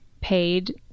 paid